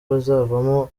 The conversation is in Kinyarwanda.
bazavamo